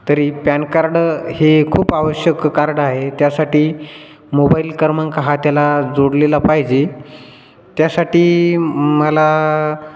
तरी PAN card हे खूप आवश्यक कार्ड आहे त्यासाठी मोबाईल क्रमांक हा त्याला जोडलेला पाहिजे त्यासाठी मला